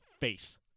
face